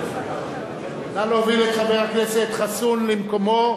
נא להוביל את חבר הכנסת חסון למקומו,